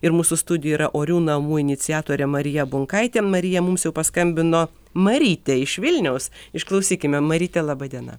ir mūsų studijoj yra orių namų iniciatorė marija bunkaitė marija mums jau paskambino marytė iš vilniaus išklausykime marytę laba diena